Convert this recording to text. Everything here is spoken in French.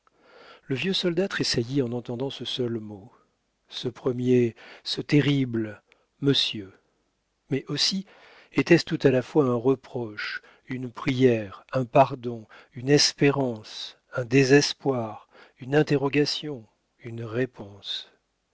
le vieux soldat tressaillit en entendant ce seul mot ce premier ce terrible monsieur mais aussi était-ce tout à la fois un reproche une prière un pardon une espérance un désespoir une interrogation une réponse